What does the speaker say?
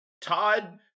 Todd